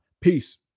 peace